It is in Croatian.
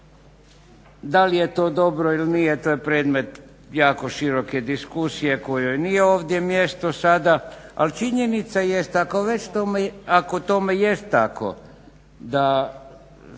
Da li je to dobro ili nije to je predmet jako široke diskusije kojoj nije ovdje mjesto sada. Ali činjenica jest ako tome jest tako da